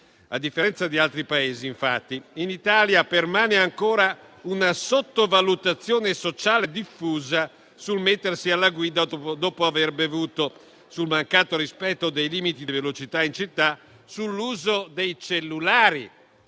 A differenza di altri Paesi, infatti, in Italia permane ancora una sottovalutazione sociale diffusa sul mettersi alla guida dopo aver bevuto, sul mancato rispetto dei limiti di velocità in città, sull'uso dei cellulari.